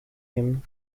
him